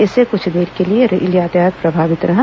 इससे कुछ देर के लिए रेल यातायात प्रभावित रहा